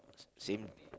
same